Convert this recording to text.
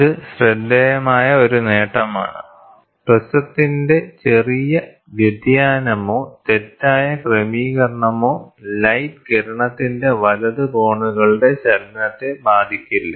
ഇത് ശ്രദ്ധേയമായ ഒരു നേട്ടമാണ് പ്രിസത്തിന്റെ ചെറിയ വ്യതിയാനമോ തെറ്റായ ക്രമീകരണമോ ലൈറ്റ് കിരണത്തിന്റെ വലത് കോണുകളുടെ ചലനത്തെ ബാധിക്കില്ല